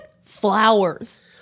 flowers